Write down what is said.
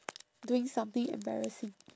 doing something embarrassing